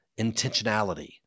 intentionality